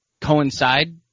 coincide